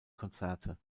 konzerte